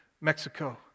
Mexico